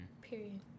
Period